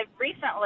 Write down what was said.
recently